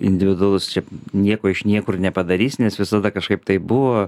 individualus čia nieko iš niekur nepadarys nes visada kažkaip taip buvo